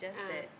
ah